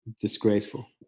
disgraceful